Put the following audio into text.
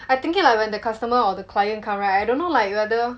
I thinking like when the customer or the client come right I don't know like whether